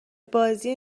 بازی